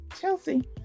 Chelsea